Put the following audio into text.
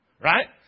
Right